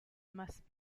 must